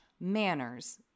Manners